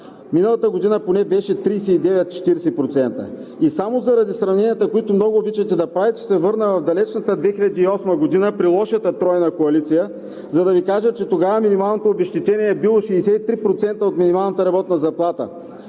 Миналата година поне беше 39 – 40%. Само заради сравненията, които много обичате да правите, ще се върна на далечната 2008 г. –при лошата Тройна коалиция, за да Ви кажа, че тогава минималното обезщетение е било 63% от минималната работна заплата,